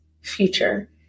future